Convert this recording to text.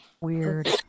weird